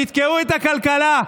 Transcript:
תתקעו את הכלכלה,